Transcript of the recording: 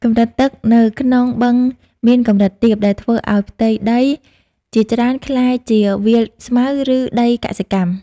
កម្រិតទឹកនៅក្នុងបឹងមានកម្រិតទាប ដែលធ្វើឲ្យផ្ទៃដីជាច្រើនក្លាយជាវាលស្មៅ ឬដីកសិកម្ម។